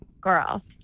girl